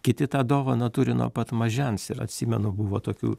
kiti tą dovaną turi nuo pat mažens ir atsimenu buvo tokių